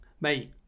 Mate